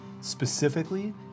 specifically